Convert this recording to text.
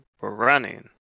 running